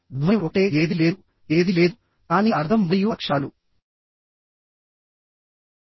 ధ్వని ఒకటే ఏదీ లేదుఏదీ లేదు కానీ అర్థం మరియు అక్షరాలు భిన్నంగా ఉంటాయి